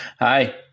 Hi